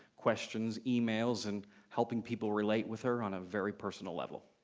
questions, emails, and helping people relate with her on a very personal level.